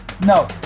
no